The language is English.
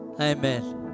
Amen